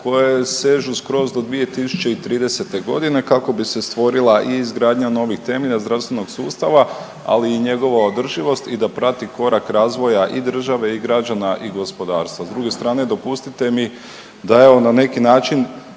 koje sežu sve to 2030.g. kako bi se stvorila i izgradnja novih temelja zdravstvenog sustava, ali i njegova održivost i da prati korak razvoja i države i građana i gospodarstva. S druge strane dopustite mi da evo na neki način